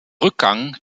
rückgang